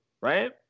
right